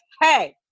hey